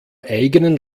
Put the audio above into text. eigenen